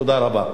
תודה רבה.